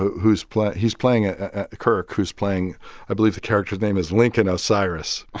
who's playing he's playing ah ah kirk, who's playing i believe the character's name is lincoln osiris.